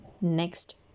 next